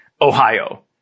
Ohio